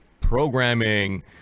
programming